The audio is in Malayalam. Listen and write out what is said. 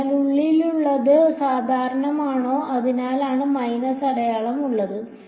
അതിനാൽ ഉള്ളിലുള്ളത് സാധാരണമാണോ അതിനാലാണ് മൈനസ് അടയാളം ഉള്ളത്